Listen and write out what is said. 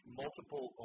multiple